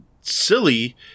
silly